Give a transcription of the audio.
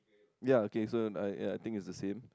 ya okay so I I think is the same